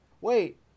wait